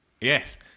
Yes